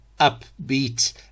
upbeat